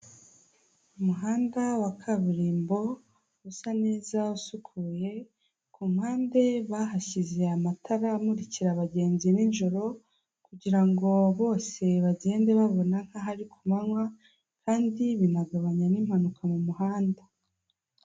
umuhanda wa kaburimbo usa neza usukuye, ku mpande bahashyize amatara amurikira abagenzi nijoro kugira ngo bose bagende babona nk'aho ari ku manywa kandi binagabanya n'impanuka mu muhanda.